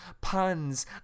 Puns